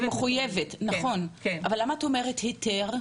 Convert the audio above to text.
את מחויבת, נכון, אבל למה את אומרת היתר?